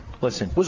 Listen